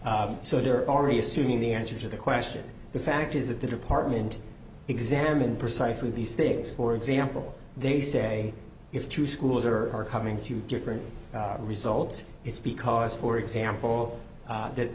so they're already assuming the answer to the question the fact is that the department examine precisely these things for example they say if two schools are coming to different results it's because for example that